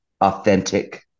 authentic